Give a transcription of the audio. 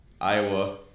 Iowa